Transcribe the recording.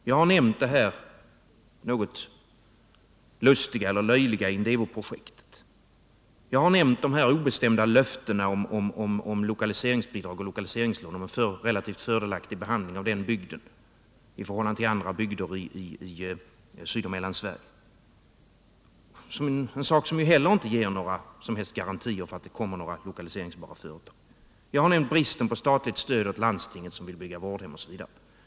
Jag har nämnt det något lustiga eller löjliga Indevoprojektet, jag har nämnt de obestämda löftena om lokaliseringsbidrag och lokaliseringslån med relativt fördelaktig behandling av den bygden i förhållande till andra bygder i Sydoch Mellansverige, en sak som inte heller ger några som helst garantier för att det kommer några lokaliseringsbara företag. Jag har nämnt bristen på statligt stöd åt landstinget som vill bygga vårdhem osv.